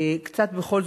בכל זאת,